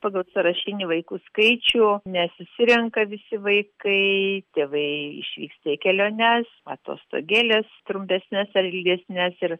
pagal sąrašinį vaikų skaičių nesusirenka visi vaikai tėvai išvyksta į keliones atostogėles trumpesnes ar ilgesnes ir